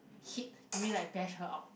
hit you mean like bash her up